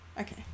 okay